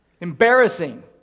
Embarrassing